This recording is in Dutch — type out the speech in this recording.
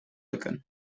lukken